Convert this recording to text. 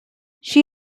she